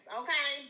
okay